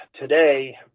today